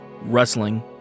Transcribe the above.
wrestling